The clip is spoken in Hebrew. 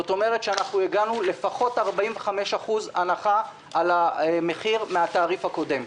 זאת אומרת שאנחנו הגענו לפחות ל-45% הנחה על המחיר מהתעריף הקודם.